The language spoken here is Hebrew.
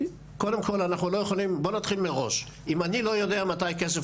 קודם כל אם אני לא יודע מראש באיזה תאריך